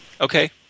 Okay